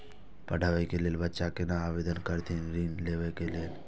पढ़वा कै लैल बच्चा कैना आवेदन करथिन ऋण लेवा के लेल?